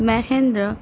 Mahendra